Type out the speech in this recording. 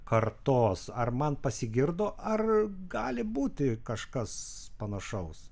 kartos ar man pasigirdo ar gali būti kažkas panašaus